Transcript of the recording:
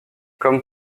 comme